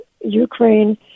Ukraine